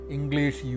English